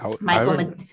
Michael